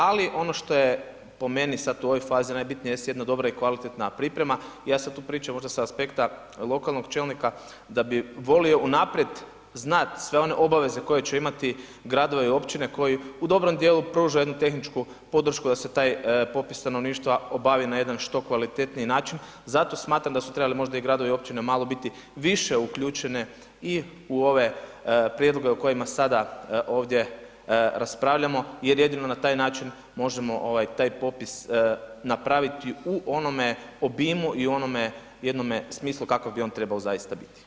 Ali ono što je po meni sad u ovoj fazi najbitnije jest jedna dobra i kvalitetna priprema, ja sad tu pričam možda sa aspekta lokalnog čelnika da bi volio unaprijed znat sve one obaveze koje ću imati, gradove i općine koji u dobrom dijelu pružaju jednu tehničku podršku da se taj popis stanovništva obavi na jedan što kvalitetniji način, zato smatram da su trebali možda i gradovi i općine malo biti više uključene i u ove prijedloge o kojima sada ovdje raspravljamo jer jedino na taj način možemo ovaj taj popis napraviti u onome obimu i u onome jednome smislu kako bi on trebao zaista biti.